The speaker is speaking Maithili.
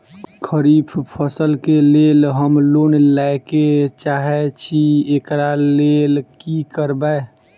खरीफ फसल केँ लेल हम लोन लैके चाहै छी एकरा लेल की करबै?